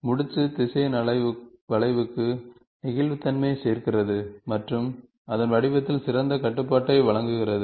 முடிச்சு திசையன் வளைவுக்கு நெகிழ்வுத்தன்மையை சேர்க்கிறது மற்றும் அதன் வடிவத்தின் சிறந்த கட்டுப்பாட்டை வழங்குகிறது